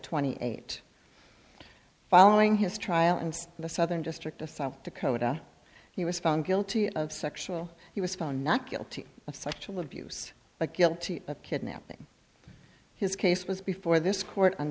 twenty eight following his trial and the southern district of south dakota he was found guilty of sexual he was found not guilty of sexual abuse but guilty of kidnapping his case was before this court